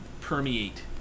permeate